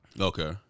Okay